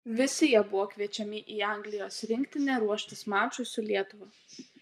visi jie buvo kviečiami į anglijos rinktinę ruoštis mačui su lietuva